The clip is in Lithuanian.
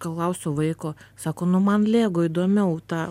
klausiu vaiko sako nu man lego įdomiau ta